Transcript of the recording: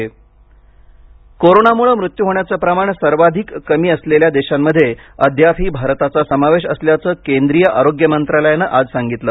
आरोग्य मंत्रालय कोरोनामुळं मृत्यू होण्याचं प्रमाण सर्वाधिक कमी असलेल्या देशांमध्ये अद्यापही भारताचा समावेश असल्याचं केंद्रीय आरोग्य मंत्रालयानं आज सांगितलं